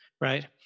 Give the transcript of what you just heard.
right